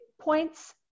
points